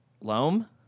Loam